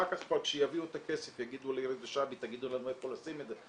אחר כך כבר כשיביאו את הכסף יגידו לי --- תגידו לנו איפה לשים את זה,